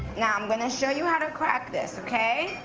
now, i'm gonna show you how to crack this, okay?